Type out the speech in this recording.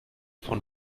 von